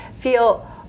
feel